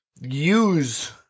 use